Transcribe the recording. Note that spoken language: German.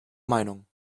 meinung